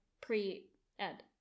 pre-ed